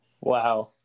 wow